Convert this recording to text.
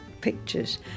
pictures